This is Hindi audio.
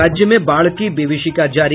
और राज्य में बाढ़ की विभिषिका जारी